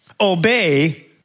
Obey